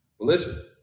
Listen